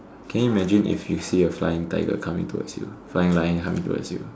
can you imagine if you see a flying tiger coming toward you flying lion coming towards you